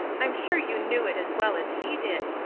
i'm sure you knew it as well as he did.